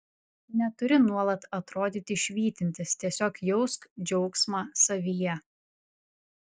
neturi nuolat atrodyti švytintis tiesiog jausk džiaugsmą savyje